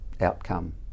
outcome